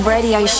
Radio